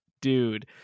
dude